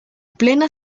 plena